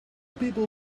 people